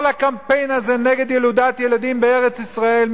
כל הקמפיין הזה נגד ילודת ילדים בארץ-ישראל,